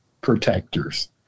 protectors